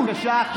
בבקשה, החוצה.